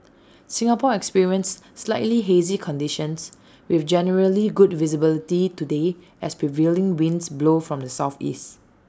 Singapore experienced slightly hazy conditions with generally good visibility today as prevailing winds blow from the Southeast